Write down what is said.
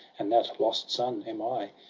and that lost son am i.